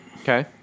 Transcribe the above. Okay